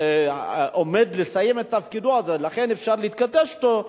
עומד לסיים את תפקידו ולכן אפשר להתכתש אתו,